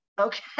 okay